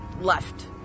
left